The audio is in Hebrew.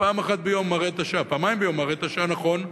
פעמיים ביום מראה את השעה נכון,